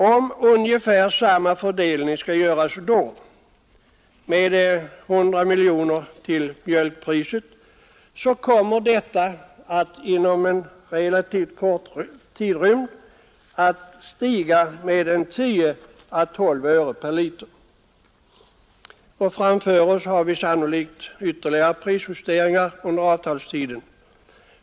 Om ungefär samma fördelning göres med cirka 100 miljoner kronor till mjölkpriset, kommer det inom en relativt kort tidrymd att stiga med 10—12 öre per liter. Framför oss har vi sannolikt ytterligare prisjusteringar under avtalstiden.